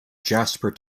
jasper